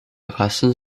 rassen